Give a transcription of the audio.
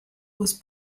was